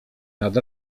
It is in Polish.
nad